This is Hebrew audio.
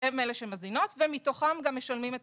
הן אלה שמזינות ומתוכן גם משלמים את